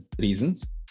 reasons